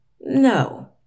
No